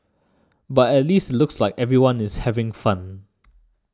but at least it looks like everyone is having fun